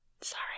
Sorry